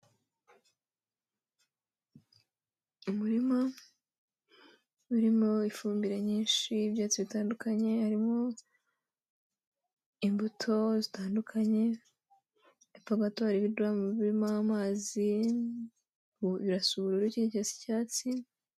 Umurima urimo ifumbire nyinshi, ibyatsi bitandukanye, harimo imbuto zitandukanye, hepfo gato hari ibidamu birimo amazi, birasa ubururu ikindi kirasa icyatsi.